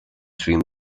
stream